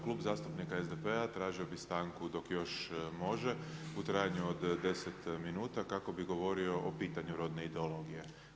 Klub zastupnika SDP-a tražio bi stanku dok još može u trajanju od 10 minuta kako bi govorio o pitanju rodne ideologije.